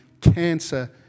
Cancer